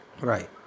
right